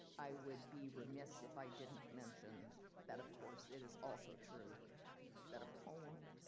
i would be remissed if i didn't mention that of course it is also true that a poem,